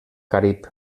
carib